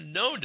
no